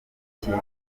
ikintu